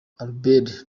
albert